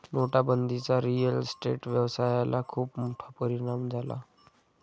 नोटाबंदीचा real estate व्यवसायाला खूप मोठा परिणाम झाला